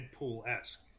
Deadpool-esque